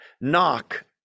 knock